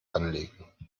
anlegen